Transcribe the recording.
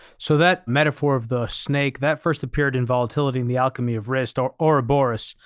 so that metaphor of the snake, that first appeared in volatility and the alchemy of risk, or ouroboros.